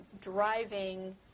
driving